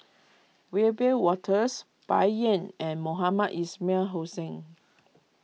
Wiebe Wolters Bai Yan and Mohamed Ismail Hussain